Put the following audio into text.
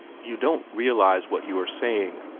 you don't realize what you are saying,